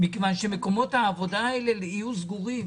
כולנו מתפללים שזה לא יקרה,